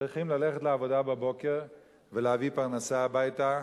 צריכים ללכת לעבודה בבוקר ולהביא פרנסה הביתה,